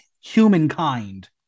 humankind